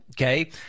okay